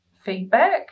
feedback